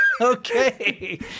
Okay